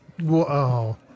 Whoa